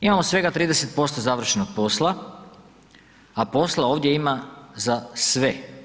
Imamo svega 30% završenog posla, a posla ovdje ima za sve.